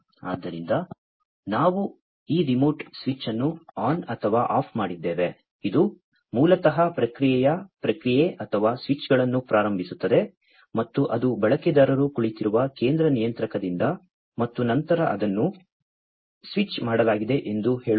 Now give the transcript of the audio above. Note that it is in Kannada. ಆದ್ದರಿಂದ ನಾವು ಈ ರಿಮೋಟ್ ಸ್ವಿಚ್ ಅನ್ನು ಆನ್ ಅಥವಾ ಆಫ್ ಮಾಡಿದ್ದೇವೆ ಇದು ಮೂಲತಃ ಪ್ರಕ್ರಿಯೆಯ ಪ್ರಕ್ರಿಯೆ ಅಥವಾ ಸ್ವಿಚ್ಗಳನ್ನು ಪ್ರಾರಂಭಿಸುತ್ತದೆ ಮತ್ತು ಅದು ಬಳಕೆದಾರರು ಕುಳಿತಿರುವ ಕೇಂದ್ರ ನಿಯಂತ್ರಕದಿಂದ ಮತ್ತು ನಂತರ ಅದನ್ನು ಸ್ವಿಚ್ ಮಾಡಲಾಗಿದೆ ಎಂದು ಹೇಳೋಣ